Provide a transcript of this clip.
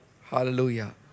Hallelujah